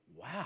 Wow